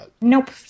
Nope